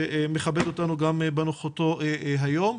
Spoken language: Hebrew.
שמכבד אותנו בנוכחותו היום.